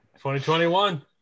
2021